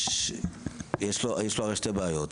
יש לו הרי שתי בעיות.